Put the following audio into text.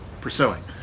pursuing